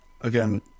again